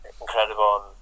incredible